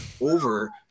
over